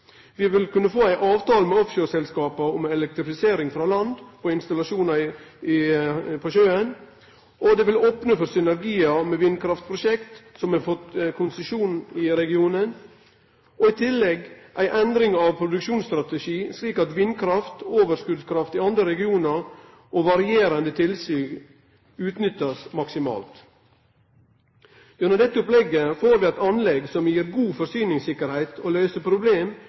Vi vil kunne få ei avtale med offshoreselskapa om elektrifisering frå land og installasjonar på sjøen. Det vil opne for synergiar med vindkraftprosjekt som har fått konsesjon i regionen, og i tillegg ei endring av produksjonsstrategi, slik at vindkraft, overskotskraft i andre regionar og varierande tilsig kan utnyttast maksimalt. Gjennom dette opplegget får vi eit anlegg som gir god forsyningssikkerheit og løyser problem